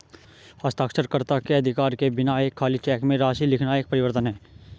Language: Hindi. हस्ताक्षरकर्ता के अधिकार के बिना एक खाली चेक में राशि लिखना एक परिवर्तन है